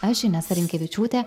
aš inesa rimkevičiūtė